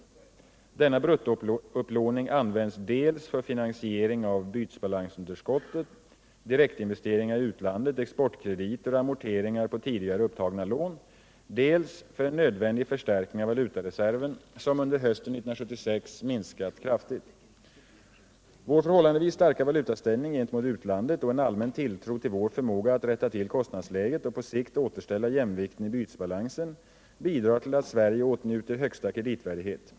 Denna bruttoupplåning används dels för finansiering av bytesbalansunderskottet, direktinvesteringar i utlandet, exportkrediter och amorteringar på tidigare upptagna lån, dels för en nödvändig förstärkning av valutareserven, som under hösten 1976 minskat kraftigt. Vår förhållandevis starka valutaställning gentemot utlandet och en allmän tilltro till vår förmåga att rätta till kostnadsläget och på sikt återställa jämvikten i bytesbalansen bidrar till att Sverige åtnjuter högsta kreditvärdig het.